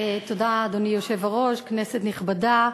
אדוני היושב-ראש, תודה, כנסת נכבדה,